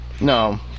no